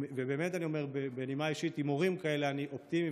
ובאמת אני אומר בנימה אישית: עם מורים כאלה אני אופטימי,